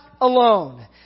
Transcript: alone